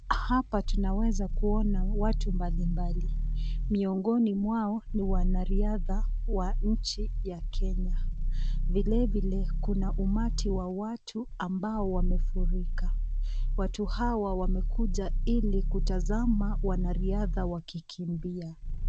Hapa tunaweza kuona watu mbali mbali. Miongoni mwao ni wanariadha wa nchi ya Kenya. Vile vile kuna umati wa watu ambao wamefurika. Watu hawa wamekuja ili kutazama wanariadha wakikimbia.